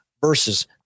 versus